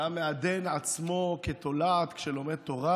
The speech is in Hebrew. שהיה מעדן עצמו כתולעת שלומד תורה